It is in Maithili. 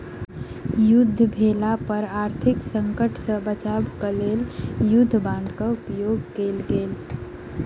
युद्ध भेला पर आर्थिक संकट सॅ बचाब क लेल युद्ध बांडक उपयोग कयल गेल